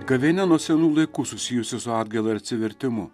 gavėnia nuo senų laikų susijusi su atgaila ir atsivertimu